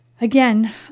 Again